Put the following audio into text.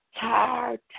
tired